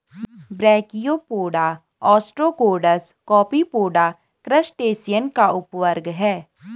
brachiopoda, ostracods, copepoda, crustacean का उपवर्ग है